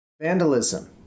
Vandalism